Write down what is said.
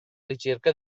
ricerca